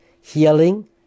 healing